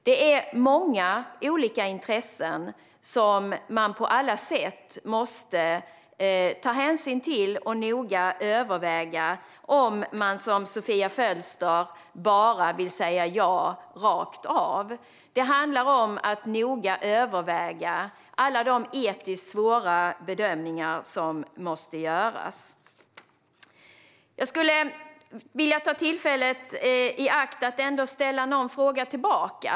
Det är många olika intressen som man på alla sätt måste ta hänsyn till och noga överväga om man inte, som Sofia Fölster, bara vill säga ja rakt av. Det handlar om att noga överväga alla de etiskt svåra bedömningar som måste göras. Jag skulle vilja ta tillfället i akt att ställa en fråga tillbaka.